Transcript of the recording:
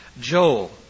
Joel